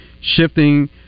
shifting